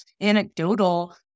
anecdotal